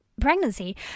pregnancy